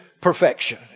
perfection